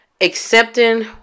accepting